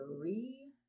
three